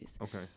Okay